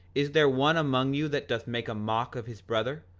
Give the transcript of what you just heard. is there one among you that doth make a mock of his brother,